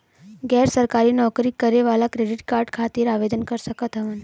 गैर सरकारी नौकरी करें वाला क्रेडिट कार्ड खातिर आवेदन कर सकत हवन?